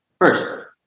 first